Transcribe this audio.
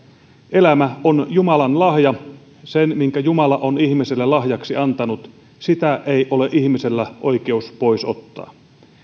elämä on jumalan lahja sitä minkä jumala on ihmiselle lahjaksi antanut ei ole ihmisellä oikeus pois ottaa